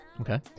Okay